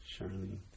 Charlene